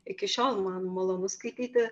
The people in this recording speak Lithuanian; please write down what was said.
iki šiol man malonu skaityti